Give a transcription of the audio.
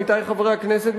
עמיתי חברי הכנסת,